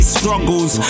struggles